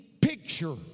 picture